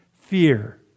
fear